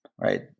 right